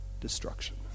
destruction